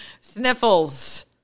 Sniffles